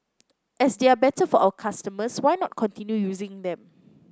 as they are better for our customers why not continue using them